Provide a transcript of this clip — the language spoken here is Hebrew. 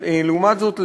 לעומת זאת,